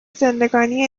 زندگانی